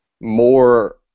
more